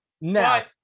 now